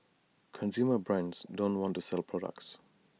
consumer brands don't want to sell products